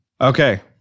Okay